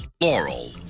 Laurel